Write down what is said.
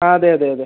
ആ അതെ അതെ അതെ